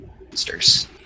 monsters